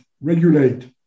regulate